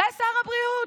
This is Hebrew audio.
זה שר הבריאות.